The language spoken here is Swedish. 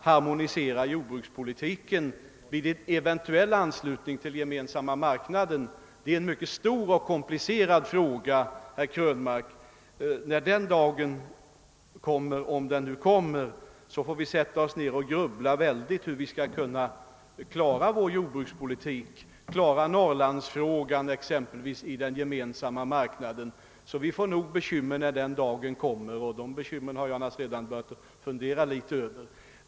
Harmoniseringen av jordbrukspolitiken vid en eventuell anslutning till Gemensamma marknaden är en mycket stor och komplicerad fråga, herr Krönmark, och när den dagen kommer, om den nu kommer, får vi sätta oss ned och grubbla mycket över hur vi skall kunna klara vår jordbrukspolitik, exempelvis Norrlandsfrågan. Så vi får nog bekymmer när den dagen kommer, och jag har naturligtvis redan börjat fundera litet över dessa frågor.